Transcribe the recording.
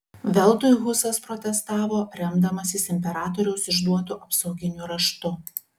veltui husas protestavo remdamasis imperatoriaus išduotu apsauginiu raštu